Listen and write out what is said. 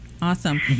Awesome